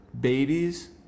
babies